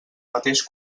mateix